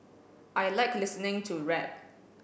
I like listening to rap